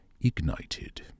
ignited